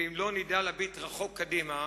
ואם לא נדע להביט רחוק קדימה,